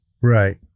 Right